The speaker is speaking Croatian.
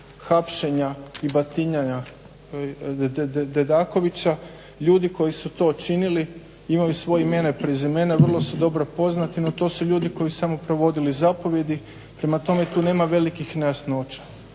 hapšenja i batinanja Dedakoviča. Ljudi koji su to činili imaju svoja imena i prezimena, vrlo su dobro poznati, no to su ljudi koji su samo provodili zapovijedi, prema tome tu nema velikih nejasnoća.